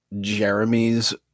Jeremy's